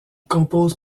compose